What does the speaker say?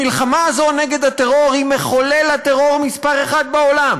המלחמה הזו נגד הטרור היא מחולל הטרור מספר אחת בעולם.